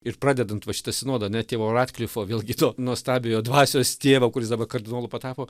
ir pradedant va šitą sinodą ane tėvo radklifo vėlgi to nuostabiojo dvasios tėvo kuris daba kardinolu patapo